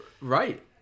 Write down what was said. Right